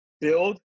build